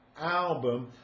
album